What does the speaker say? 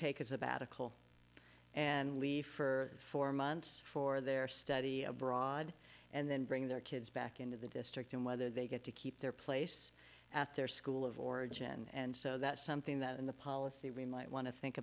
take a sabbatical and leave for four months for their study abroad and then bring their kids back into the district and whether they get to keep their place at their school of origin and so that's something that in the policy we might want to think